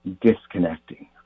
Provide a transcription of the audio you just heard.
disconnecting